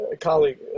colleague